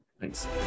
Thanks